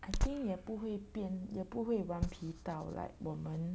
I think 我不会变也不会顽皮到 like 我们